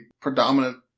predominant